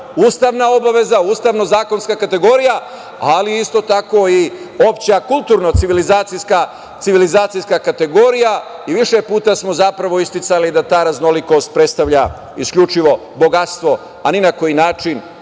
ustavna obaveza, ustavno zakonska kategorija, ali isto tako i opšta kulturno civilizacijska kategorija. Više puta smo zapravo isticali da ta raznolikost predstavlja isključivo bogatstvo, a ni na koji način